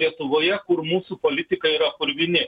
lietuvoje kur mūsų politikai yra purvini